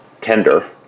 tender